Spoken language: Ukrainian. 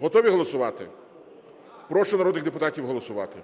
Готові голосувати? Прошу народних депутатів голосувати.